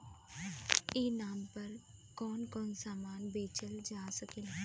ई नाम पर कौन कौन समान बेचल जा सकेला?